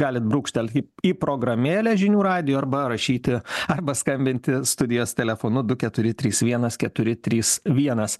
galit brūkštel į programėlę žinių radijo arba rašyti arba skambinti studijos telefonu du keturi trys vienas keturi trys vienas